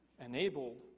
enabled